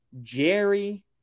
Jerry